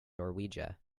norwegia